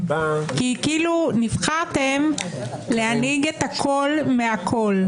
כי כאילו נבחרתם להנהיג את הכול מהכול.